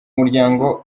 muryango